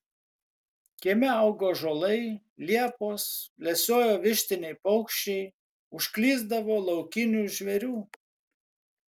kieme augo ąžuolai liepos lesiojo vištiniai paukščiai užklysdavo laukinių žvėrių